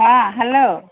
ହଁ ହେଲୋ